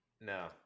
No